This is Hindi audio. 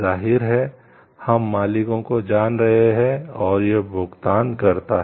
जाहिर है हम मालिकों को जान रहे हैं और यह भुगतान करता है